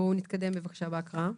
בואו נתקדם בהקראה.